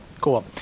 Cool